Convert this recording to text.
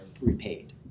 repaid